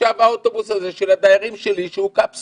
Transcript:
עכשיו האוטובוס הזה של הדיירים שלי הוא קפסולה,